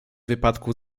wypadku